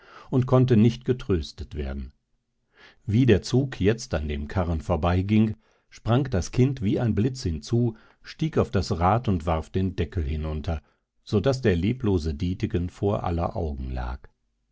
und konnte nicht getröstet werden wie der zug jetzt an dem karren vorbeiging sprang das kind wie ein blitz hinzu stieg auf das rad und warf den deckel hinunter so daß der leblose dietegen vor aller augen lag